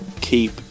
keep